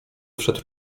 wszedł